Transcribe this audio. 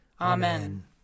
Amen